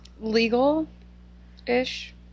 legal-ish